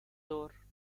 door